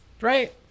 Right